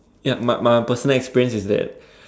yup my my my personal experience is that